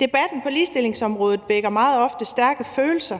Debatten på ligestillingsområdet vækker meget ofte stærke følelser,